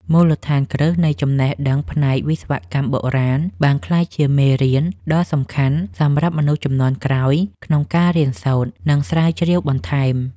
មូលដ្ឋានគ្រឹះនៃចំណេះដឹងផ្នែកវិស្វកម្មបុរាណបានក្លាយជាមេរៀនដ៏សំខាន់សម្រាប់មនុស្សជំនាន់ក្រោយក្នុងការរៀនសូត្រ និងស្រាវជ្រាវបន្ថែម។